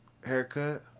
haircut